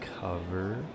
cover